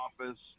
office